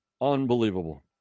Unbelievable